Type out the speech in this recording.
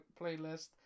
playlist